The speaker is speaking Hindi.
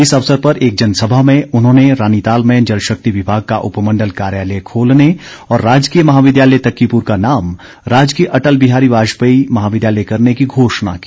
इस अवसर पर एक जनसभा में उन्होंने रानीताल में जल शक्ति विभाग का उपमंडल कार्यालय खोलने और राजकीय महाविद्यालय तक्कीपुर का नाम राजकीय अटल बिहारी वाजपेयी महाविद्यालय करने की घोषणा की